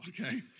okay